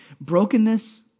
Brokenness